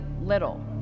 little